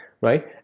right